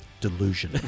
delusion